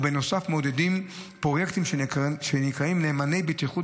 ובנוסף מעודדים פרויקטים שנקראים "נאמני בטיחות